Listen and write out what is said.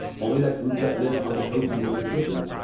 only that group that live on the coast of mississippi,